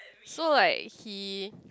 so like he